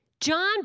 John